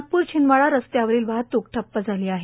नागपूर छिंदवाडा रस्त्यावरील वाहतूक ठप्प झाली आहे